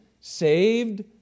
saved